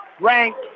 ranked